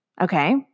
Okay